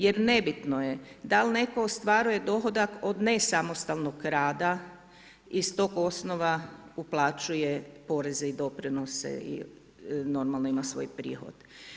Jer ne bitno je da li netko ostvaruje dohodak od nesamostalnog rada i s tog osnova uplaćuje poreze i doprinose i normalno ima svoj prihod.